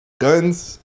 guns